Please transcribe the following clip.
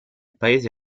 paese